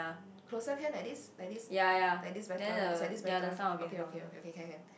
closer can like this like this like this better is like this better okay okay okay can can can